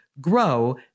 Grow